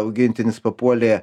augintinis papuolė